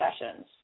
sessions